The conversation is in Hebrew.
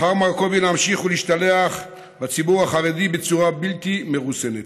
בחר מר קובי להמשיך להשתלח בציבור החרדי בצורה בלתי מרוסנת.